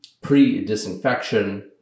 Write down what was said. Pre-disinfection